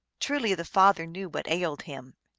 truly the father knew what ailed him,